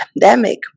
pandemic